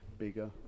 bigger